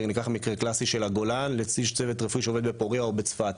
ניקח מקרה טיפוסי של הגולן לאיש צוות רפואי שעובד ב'פוריה' או בצפת,